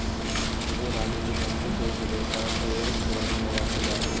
ऊन आदि के जन्तु के रेशा के श्रेणी में रखल जा हई